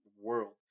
world